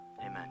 Amen